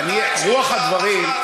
רוח הדברים, אבל אתה,